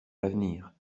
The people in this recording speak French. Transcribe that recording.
l’avenir